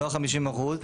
לא ה-50%.